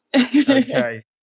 Okay